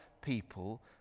people